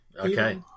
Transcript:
Okay